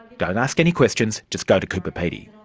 don't ask any questions, just go to cooper pedy.